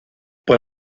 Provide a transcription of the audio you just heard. por